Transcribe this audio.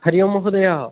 हरो ओम् महोदय